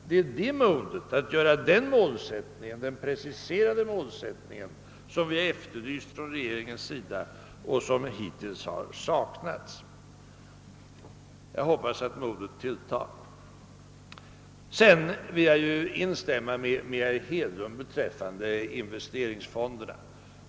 Det är modet att göra denna preciserade målsättning som vi har efterlyst från regeringens sida och som hittills har saknats. Jag hoppas att modet tilltar. Vidare vill jag instämma med herr Hedlund beträffande investeringsfonderna.